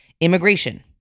immigration